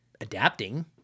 adapting